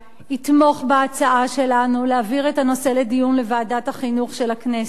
יתמוך בהצעה שלנו להעביר את הנושא לדיון בוועדת החינוך של הכנסת,